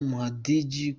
muhadjili